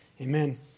Amen